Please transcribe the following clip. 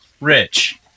rich